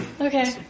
Okay